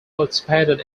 participated